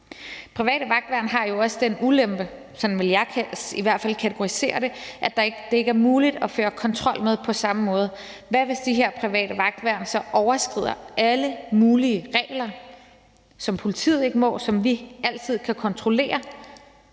i hvert fald kategorisere det – at det ikke er muligt at føre kontrol med det på samme måde. Hvad, hvis de her private vagtværn så overskrider alle mulige regler, som politiet ikke må? Det kan vi altid kontrollere,